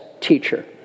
teacher